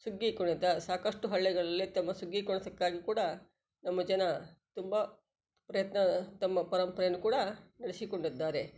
ಸುಗ್ಗಿ ಕುಣಿತ ಸಾಕಷ್ಟು ಹಳ್ಳಿಗಳಲ್ಲಿ ತಮ್ಮ ಸುಗ್ಗಿ ಕುಣಿತಕ್ಕಾಗಿ ಕೂಡ ನಮ್ಮ ಜನ ತುಂಬ ಪ್ರಯತ್ನ ತಮ್ಮ ಪರಂಪರೆಯನ್ನು ಕೂಡ ಉಳಿಸಿಕೊಂಡಿದ್ದಾರೆ